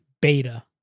beta